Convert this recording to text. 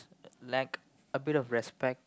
lack a bit of respect